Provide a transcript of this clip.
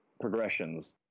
progressions